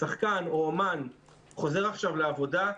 שחקן או אומן חוזר עכשיו לעבודה,